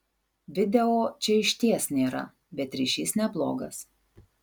video čia išties nėra bet ryšys neblogas